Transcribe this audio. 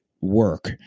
work